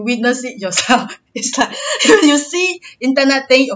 witness it yourself it's like you see internet thing you